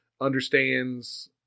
understands